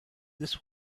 this